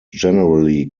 generally